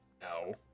no